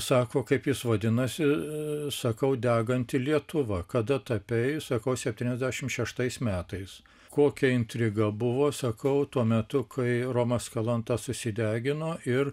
sako kaip jis vadinasi sakau deganti lietuva kada tapei sakau septyniasdešimt šeštais metais kokią intriga buvo sakau tuo metu kai romas kalanta susidegino ir